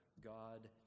God